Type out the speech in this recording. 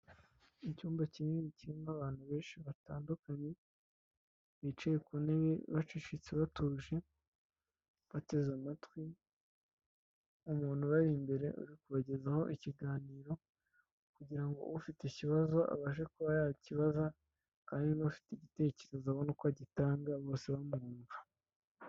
Icyumba kinini kirimo abantu benshi batandukanye, bicaye ku ntebe bacecetse batuje, bateze amatwi umuntu ubari imbere, uri kubagezaho ikiganiro kugira ngo ufite ikibazo abashe kuba yakibaza, kandi n'ufite igitekerezo abone uko agitanga bose bamwumva.